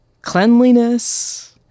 cleanliness